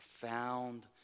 profound